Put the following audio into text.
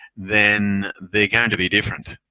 then they're going to be different